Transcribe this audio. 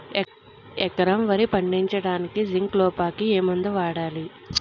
ఎకరం వరి పండించటానికి జింక్ లోపంకి ఏ మందు వాడాలి?